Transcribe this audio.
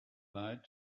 lied